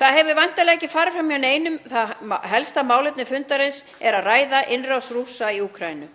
Það hefur væntanlega ekki farið fram hjá neinum að helsta málefni fundarins er að ræða innrás Rússa í Úkraínu,